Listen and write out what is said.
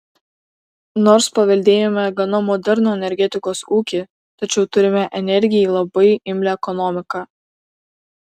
nors paveldėjome gana modernų energetikos ūkį tačiau turime energijai labai imlią ekonomiką